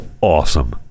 awesome